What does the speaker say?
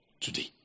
today